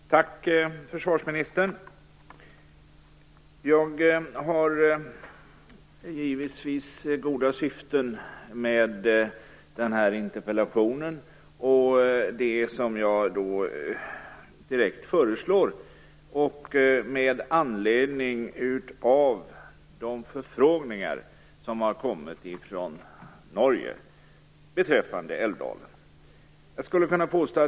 Fru talman! Tack, försvarsministern. Jag har givetvis goda syften med den här interpellationen. Det jag föreslår är föranlett av de förfrågningar som har kommit från Norge beträffande Älvdalen.